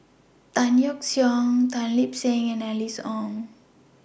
Tan Yeok Seong Tan Lip Seng and Alice Ong